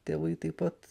tėvai taip pat